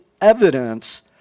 evidence